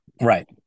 Right